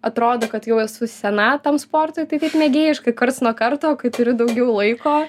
atrodo kad jau esu sena tam sportui tai taip mėgėjiškai karts nuo karto kai turiu daugiau laiko